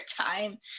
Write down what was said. time